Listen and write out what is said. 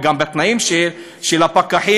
גם בתנאים של הפקחים,